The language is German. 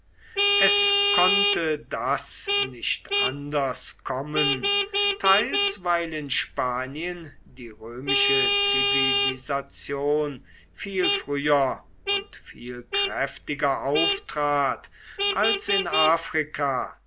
es konnte das nicht anders kommen teils weil in spanien die römische zivilisation viel früher und viel kräftiger auftrat als in afrika